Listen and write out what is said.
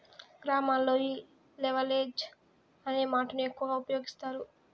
గ్రామాల్లో ఈ లెవరేజ్ అనే మాటను ఎక్కువ ఉపయోగిస్తారు